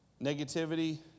Negativity